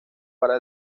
para